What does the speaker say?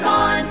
on